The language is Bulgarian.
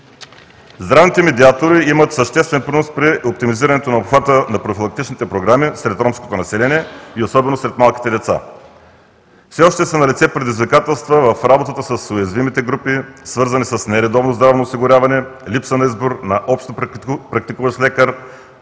Здравните медиатори имат съществен принос при оптимизирането на обхвата на профилактичните програми сред ромското население и особено сред малките деца. Все още са налице предизвикателства в работата с уязвимите групи, свързани с нередовно здравно осигуряване, липса на избор на общо практикуващ лекар,